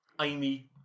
Amy